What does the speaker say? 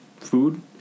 Food